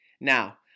Now